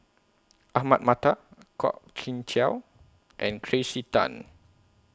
Ahmad Mattar Kwok Kian Chow and Tracey Tan